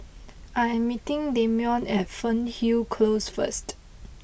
I am meeting Damion at Fernhill Close first